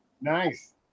Nice